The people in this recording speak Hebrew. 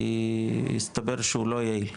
כי הסתבר שהוא לא יעיל.